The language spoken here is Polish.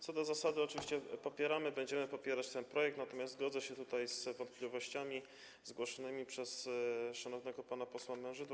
Co do zasady oczywiście popieramy, będziemy popierać ten projekt, natomiast zgodzę się z wątpliwościami zgłoszonymi przez szanownego pana posła Mężydłę.